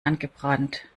angebrannt